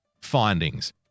findings